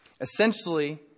Essentially